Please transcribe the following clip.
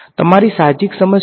તમારી સાહજિક સમજ શું છે